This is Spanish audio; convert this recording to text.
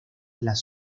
las